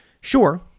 Sure